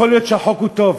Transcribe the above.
יכול להיות שהחוק הוא טוב,